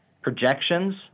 projections